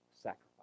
sacrifice